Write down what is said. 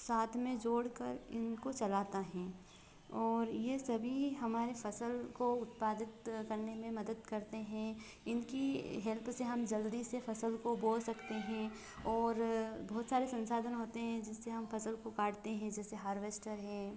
साथ में जोड़ कर इनको चलाता हें और यह सभी हमारे फसल को उत्पादित करने में मदद करते हें इनकी हेल्प से हम ज़ल्दी से फसल को बो सकते हैं और बहुत सारे संसाधन होते हैं जिससे हम फसल को काटते हें जैसे कि हार्वेस्टर है